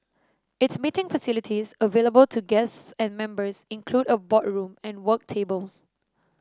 its meeting facilities available to guests and members include a boardroom and work tables